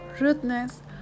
rudeness